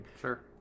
Sure